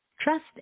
trust